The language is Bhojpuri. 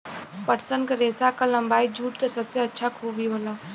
पटसन क रेसा क लम्बाई जूट क सबसे अच्छा खूबी होला